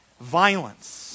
violence